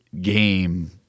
game